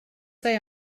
say